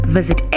Visit